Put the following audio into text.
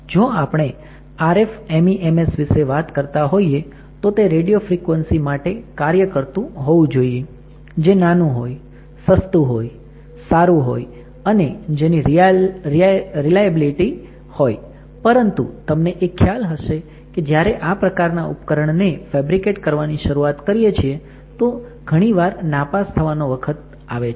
જો આપણે RF MEMS વિશે વાત કરતા હોઈએ તો તે રેડિયો ફ્રિક્વન્સી માટે કાર્ય કરતું હોવું જોઈએ જે નાનું હોય સસ્તું હોય સારું હોય અને જેની રિલાયેબીલીટી હોય પરંતુ તમને એ ખ્યાલ હશે કે જ્યારે આ પ્રકારના ઉપકરણ ને ફેબ્રિકેટ કરવાની શરૂઆત કરીએ છીએ તો ઘણી વાર નાપાસ થવાનો વખત આવે છે